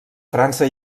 frança